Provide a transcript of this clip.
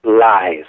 lies